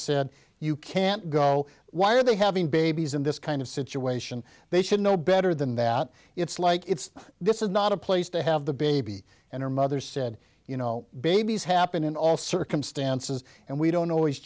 said you can't go why are they having babies in this kind of situation they should know better than that it's like it's this is not a place to have the baby and her mother said you know babies happen in all circumstances and we don't always